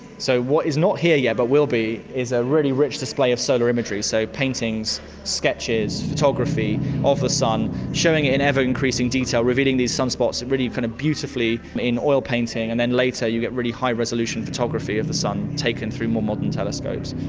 so what is not here yet but will be is a really rich display of solar imagery, so paintings, sketches, photography of the sun, showing it in ever increasing detail, revealing these sunspots really kind of beautifully in oil painting, and then later you get really high resolution photography of the sun, taken through more modern telescopes.